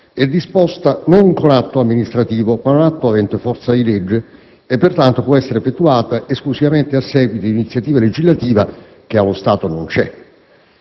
è disposta non con atto amministrativo ma con un atto avente forza di legge e, pertanto, può essere effettuata esclusivamente a seguito di una iniziativa legislativa, che allo stato non c'è.